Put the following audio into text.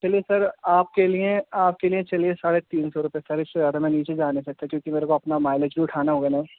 چلیے سر آپ کے لیے آپ کے لیے چلیے سارھے تین سو روپئے سر اس سے زیادہ میں نیچے جا نہیں سکتا کیونکہ میرے کو اپنا مائلج بھی اٹھانا ہوگا نا